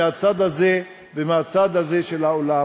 מהצד הזה ומהצד הזה של האולם?